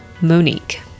Monique